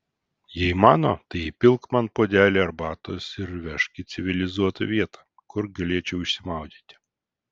jei mano tai įpilk man puodelį arbatos ir vežk į civilizuotą vietą kur galėčiau išsimaudyti